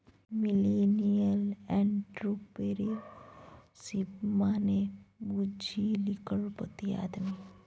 millennial entrepreneurship मने बुझली करोड़पति आदमी